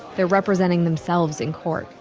they're representing themselves in court.